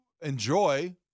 enjoy